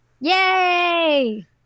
Yay